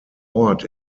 ort